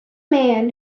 man